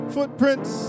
Footprints